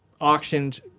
auctioned